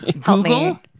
Google